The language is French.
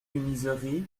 misery